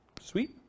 Sweet